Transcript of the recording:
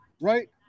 right